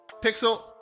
Pixel